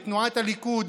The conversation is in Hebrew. בתנועת הליכוד,